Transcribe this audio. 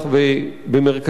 ובמרכזם,